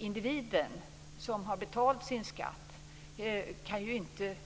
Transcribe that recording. Individen som har betalat sin skatt kan inte